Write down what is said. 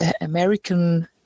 American